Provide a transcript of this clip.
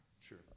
Sure